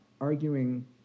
arguing